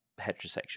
heterosexual